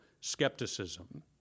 skepticism